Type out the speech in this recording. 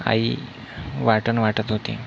आई वाटण वाटत होती